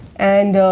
and,